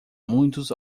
muitos